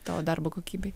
tavo darbo kokybei